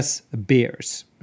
beers